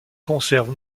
conserve